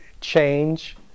change